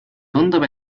tundub